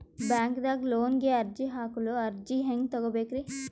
ಬ್ಯಾಂಕ್ದಾಗ ಲೋನ್ ಗೆ ಅರ್ಜಿ ಹಾಕಲು ಅರ್ಜಿ ಹೆಂಗ್ ತಗೊಬೇಕ್ರಿ?